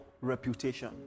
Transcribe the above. reputation